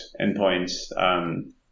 endpoints